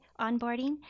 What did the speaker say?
onboarding